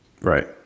Right